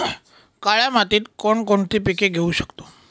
काळ्या मातीत कोणकोणती पिके घेऊ शकतो?